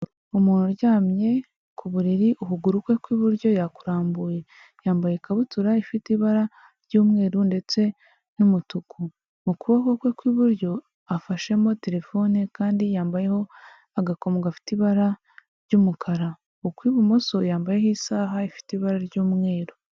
Umuntu uryamye ku buriri ukuguru kwe kw'iburyo yakurambuye, yambaye ikabutura ifite ibara ry'umweru ndetse n'umutuku, mu kuboko kwe kw'iburyo afashemo terefone, kandi yambayeho agakomo gafite ibara ry'umukara, ukw'ibumoso yambayeho isaha ifite ibara ry'umweru.